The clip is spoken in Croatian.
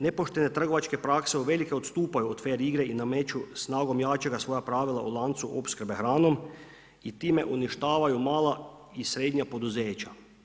Nepoštene trgovačke prakse uvelike odstupaju od fer igre i nameću snagom jačega svoja pravila u lancu opskrbe hranom i time uništavaju mala i srednja poduzeća.